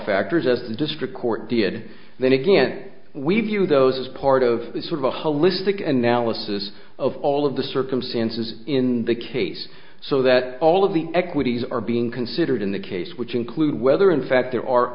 factors as the district court did then again we view those as part of sort of a holistic and now lasse's of all of the circumstances in the case so that all of the equities are being considered in the case which include whether in fact there are